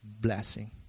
Blessing